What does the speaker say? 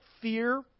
fear